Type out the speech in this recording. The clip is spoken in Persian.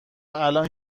الان